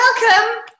Welcome